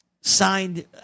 signed